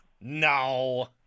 No